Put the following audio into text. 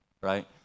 right